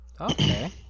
Okay